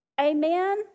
Amen